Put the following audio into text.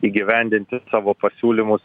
įgyvendinti savo pasiūlymus